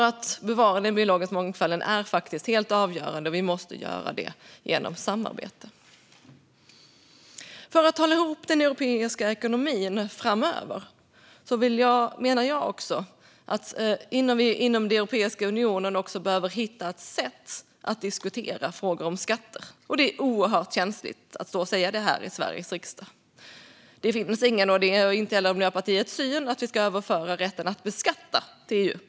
Att bevara den biologiska mångfalden är faktiskt helt avgörande. Vi måste göra det genom samarbete. För att hålla ihop den europeiska ekonomin framöver menar jag att vi inom Europeiska unionen behöver hitta sätt att diskutera frågor om skatter. Det är oerhört känsligt att stå och säga detta här i Sveriges riksdag. Det är inte Miljöpartiets syn att vi ska överföra rätten att beskatta till EU.